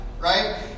right